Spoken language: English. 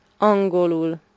Angolul